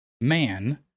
man